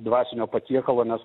dvasinio patiekalo nes